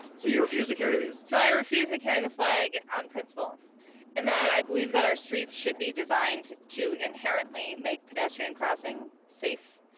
so you refuse to carry these? so i refuse to carry the flag on principle and that i believe that our streets should be designed to inherently make pedestrian crossing safe.